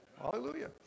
Hallelujah